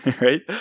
Right